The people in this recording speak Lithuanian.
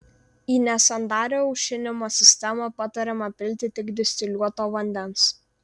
į nesandarią aušinimo sistemą patariama pilti tik distiliuoto vandens